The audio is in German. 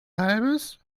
halbes